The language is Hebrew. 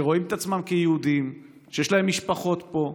שרואים את עצמם כיהודים, שיש להם משפחות פה,